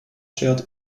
shared